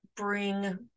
Bring